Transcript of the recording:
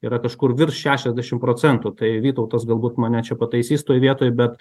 yra kažkur virš šešiasdešim procentų tai vytautas galbūt mane čia pataisys toj vietoj bet